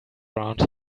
around